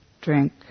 drink